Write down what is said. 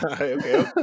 Okay